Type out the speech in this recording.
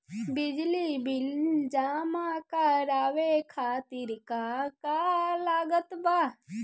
बिजली बिल जमा करावे खातिर का का लागत बा?